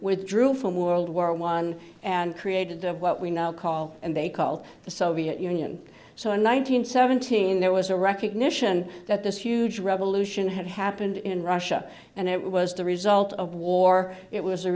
withdrew from world war one and created of what we now call and they called the soviet union so in one nine hundred seventeen there was a recognition that this huge revolution had happened in russia and it was the result of war it was a